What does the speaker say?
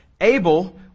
Abel